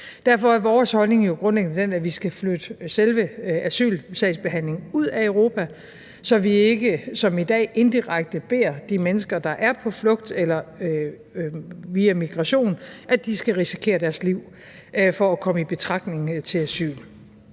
Derfor er vores holdning jo grundlæggende den, at vi skal flytte selve asylsagsbehandlingen ud af Europa, så vi ikke som i dag indirekte beder de mennesker, der er på flugt – eller via migration – om at skulle risikere deres liv for at komme i betragtning til asyl.